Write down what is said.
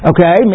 Okay